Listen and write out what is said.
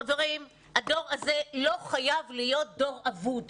חברים, הדור הזה לא חייב להיות דור אבוד.